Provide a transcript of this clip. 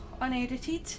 unedited